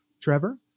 Trevor